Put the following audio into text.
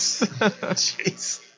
Jeez